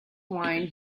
wine